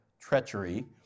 treachery